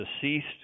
deceased